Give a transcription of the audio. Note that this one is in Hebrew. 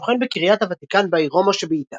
השוכן בקריית הוותיקן בעיר רומא שבאיטליה.